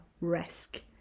risk